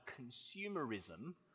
consumerism